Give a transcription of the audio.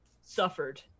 suffered